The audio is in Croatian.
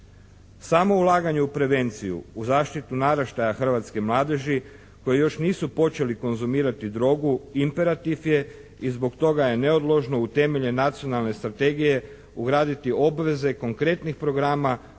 Samo ulaganje u prevenciju u zaštitu naraštaja hrvatske mladeži koji još nisu počeli konzumirati drogu imperativ je i zbog toga je neodložno u temelje nacionalne strategije ugraditi obveze konkretnih programa